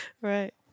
Right